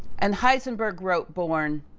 and heisenberg wrote born,